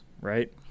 right